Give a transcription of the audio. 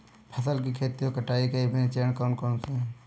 फसल की खेती और कटाई के विभिन्न चरण कौन कौनसे हैं?